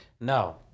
No